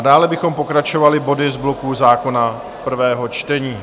Dále bychom pokračovali body z bloku zákona prvého čtení.